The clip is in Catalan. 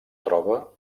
troba